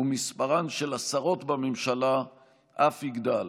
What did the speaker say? ושמספרן של השרות בממשלה אף יגדל.